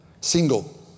single